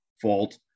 fault